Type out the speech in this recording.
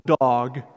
dog